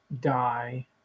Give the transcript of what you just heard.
die